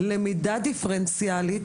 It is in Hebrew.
למידה דיפרנציאלית,